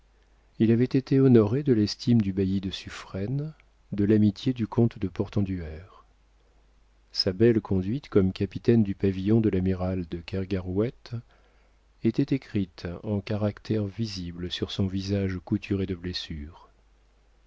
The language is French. il avait été honoré de l'estime du bailli de suffren de l'amitié du comte de portenduère sa belle conduite comme capitaine du pavillon de l'amiral de kergarouët était écrite en caractères visibles sur son visage couturé de blessures